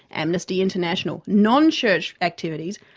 amnesty international non-church activities,